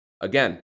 Again